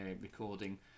recording